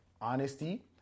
honesty